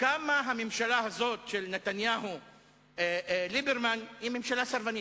כמה הממשלה הזו של נתניהו-ליברמן היא ממשלה סרבנית.